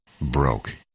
broke